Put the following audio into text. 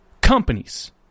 companies